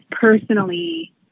personally